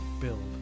build